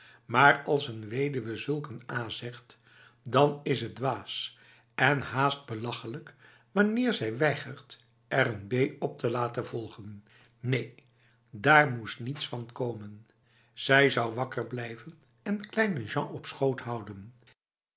maar als n weduwe zulk een a zegt dan is het dwaas en haast belachelijk wanneer zij weigert er een b op te laten volgen neen daar moest niets van komen zij zou wakker blijven en kleine jean op de schoot houden